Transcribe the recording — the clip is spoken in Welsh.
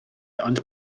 ond